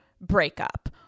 breakup